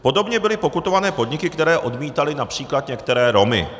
Podobně byly pokutované podniky, které odmítaly například některé Romy.